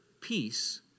peace